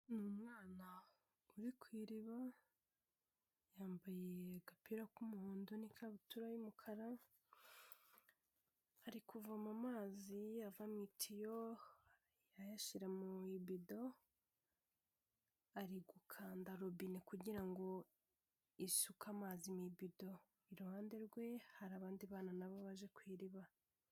Ni umwana uri ku iriba yambaye agapira k'umuhondo n'ikabutura y'umukara ari kuvoma amazi ava mu itiyo ayashyira mu ibido, ari gukanda robine kugira ngo isuke amazi mu ibido, iruhande rwe hari abandi bana n'abo baje ku iriba.